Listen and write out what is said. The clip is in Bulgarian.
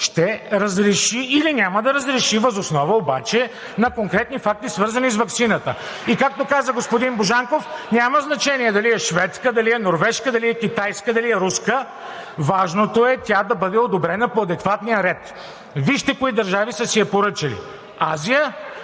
ще разреши или няма да разреши въз основа обаче на конкретни факти, свързани с ваксината. И, както каза господин Божанков, няма значение дали е шведска, дали е норвежка, дали е китайска, дали е руска, важното е тя да бъде одобрена по адекватния ред. Вижте кои държави са си я поръчали – Азия,